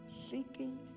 seeking